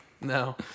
No